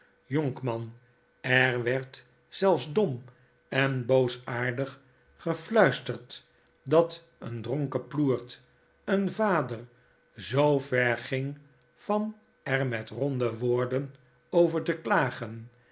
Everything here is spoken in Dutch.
er werd zelfs dom en boosaardig gefluisterd dat een dronken ploert een vader zoo ver ging van er met ronde woorden over te klagen